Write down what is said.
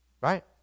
right